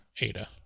Ada